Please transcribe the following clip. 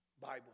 Bible